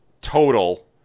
total